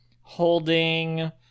holding